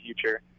future